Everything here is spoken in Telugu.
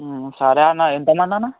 సరే అన్న ఎంతమంది అన్న